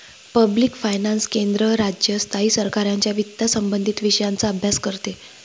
public finance केंद्र, राज्य, स्थायी सरकारांच्या वित्तसंबंधित विषयांचा अभ्यास करते